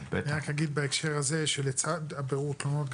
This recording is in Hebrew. בהקשר הזה אומר שלצד בירור התלונות,